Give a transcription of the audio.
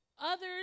others